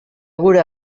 gure